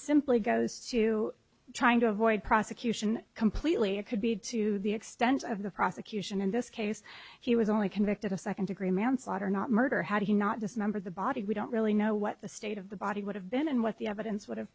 simply goes to trying to avoid prosecution completely it could be to the extent of the prosecution in this case he was only convicted of second degree manslaughter not murder had he not dismembered the body we don't really know what the state of the body would have been and what the evidence would have